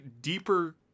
deeper